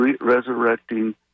resurrecting